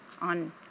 on